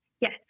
Yes